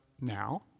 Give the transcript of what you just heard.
now